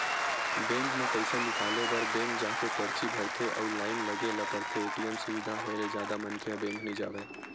bank म पइसा निकाले बर बेंक जाके परची भरथे अउ लाइन लगे ल परथे, ए.टी.एम सुबिधा होय ले जादा मनखे ह बेंक नइ जावय